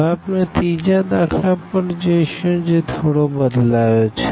હવે આપણે ત્રીજા દાખલા પર જઈશું જે થોડો બદલાયો છે